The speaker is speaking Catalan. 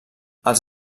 els